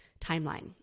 timeline